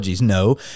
No